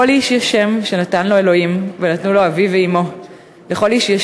איש יש שם/ שנתן לו אלוהים/ ונתנו לו אביו ואמו.// לכל איש יש